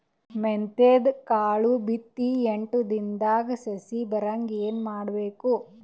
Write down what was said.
ಮೆಂತ್ಯದ ಕಾಳು ಬಿತ್ತಿ ಎಂಟು ದಿನದಾಗ ಸಸಿ ಬರಹಂಗ ಏನ ಮಾಡಬೇಕು?